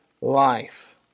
life